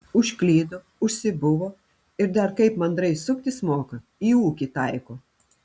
užklydo užsibuvo ir dar kaip mandrai suktis moka į ūkį taiko